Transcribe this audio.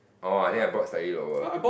oh I think I bought slightly lower